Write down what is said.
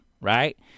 right